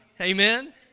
Amen